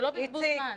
זה לא בזבוז זמן.